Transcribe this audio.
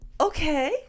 Okay